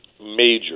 Major